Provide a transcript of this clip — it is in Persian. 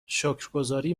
شکرگزاری